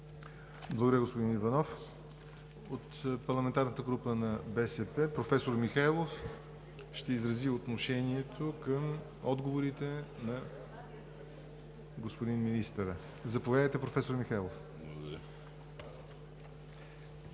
Благодаря, господин Иванов. От парламентарната група на БСП професор Михайлов ще изрази отношение към отговорите на господин Министъра. Заповядайте, професор Михайлов. ГЕОРГИ